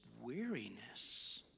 weariness